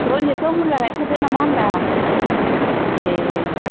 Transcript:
रन्जितखौ बुरजा गायथारदों नामा होनादां ए